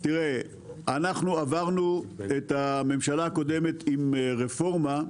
אנחנו עברנו את הממשלה הקודמת עם רפורמה,